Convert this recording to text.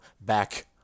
back